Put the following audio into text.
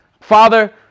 Father